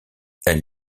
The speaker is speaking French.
elle